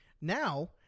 Now